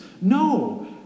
No